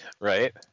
Right